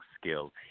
skills